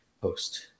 post